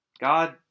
God